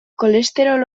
kolesterol